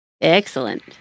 Excellent